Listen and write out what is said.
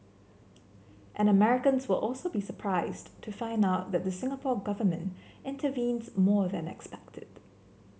and Americans will also be surprised to find out that the Singapore Government intervenes more than expected